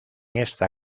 esta